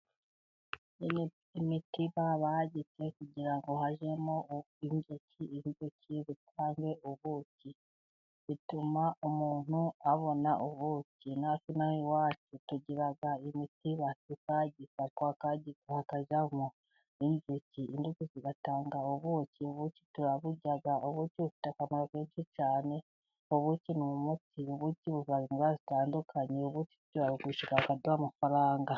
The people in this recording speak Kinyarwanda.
Imitiba bagitse kugira ngo hajyemo inzuki. Inzuki zitange ubuki. Bituma umuntu abona ubuki. Na twe inaha iwacu tugira imitiba, tukagika, twakwagika hakajyamo inzuki. Inzuki zigatanga ubuki. Ubuki turaburya, ubuki bufite akamaro kenshi cyane. Ubuki ni umuti, ubuki buvura indwara zitandukanye. Ubuki turabugurisha bakaduha amafaranga.